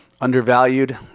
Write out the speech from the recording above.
undervalued